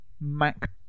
Mac